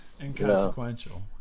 Inconsequential